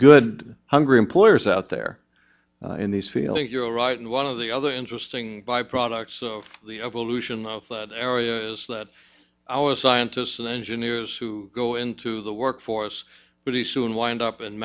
good hungry employers out there in these fields you're right and one of the other interesting byproducts of the evolution of that area is that our scientists and engineers who go into the workforce pretty soon wind up in